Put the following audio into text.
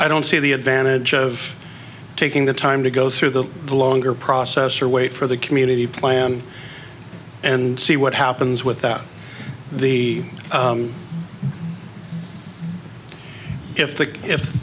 i don't see the advantage of taking the time to go through the longer process or wait for the community plan and see what happens with that the if the if